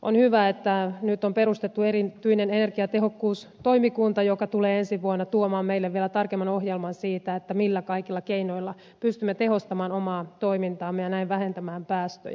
on hyvä että nyt on perustettu erityinen energiatehokkuustoimikunta joka tulee ensi vuonna tuomaan meille vielä tarkemman ohjelman siitä millä kaikilla keinoilla pystymme tehostamaan omaa toimintaamme ja näin vähentämään päästöjä